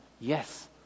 yes